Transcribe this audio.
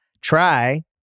Try